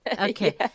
Okay